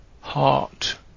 heart